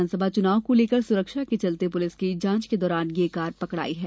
विधानसभा चुनाव को लेकर सुरक्षा के चलते पुलिस की जांच के दौरान ये कार पकड़ाई है